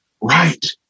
right